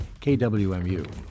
KWMU